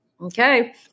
okay